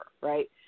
right